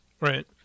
Right